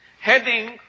heading